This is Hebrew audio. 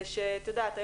את יודעת,